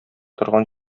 торган